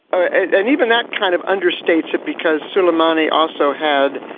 and even that kind of understates it because suleimani also had